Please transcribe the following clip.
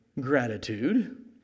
gratitude